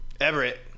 Everett